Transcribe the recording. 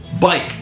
bike